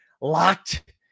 locked